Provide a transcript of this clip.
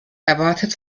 erwartet